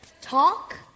Talk